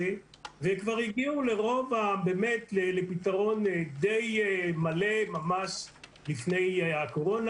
וכבר הגיעו לפתרון די מלא ממש לפני הקורונה.